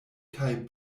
kaj